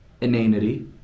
Inanity